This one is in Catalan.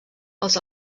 els